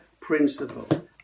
Principle